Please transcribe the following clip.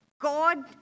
god